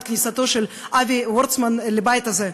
את כניסתו של אבי וורצמן לבית הזה,